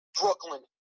Brooklyn